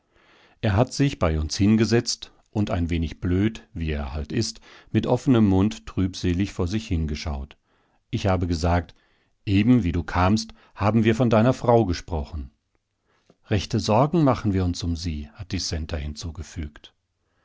er hat sich bei uns hingesetzt und ein wenig blöd wie er halt ist mit offenem mund trübselig vor sich hingeschaut ich habe gesagt eben wie du kamst haben wir von deiner frau gesprochen rechte sorgen machen wir uns um sie hat die centa hinzugefügt